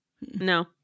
no